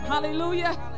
hallelujah